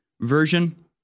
version